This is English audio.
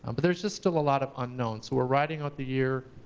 um but there's just still a lot of unknown, so we're riding out the year.